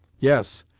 yes,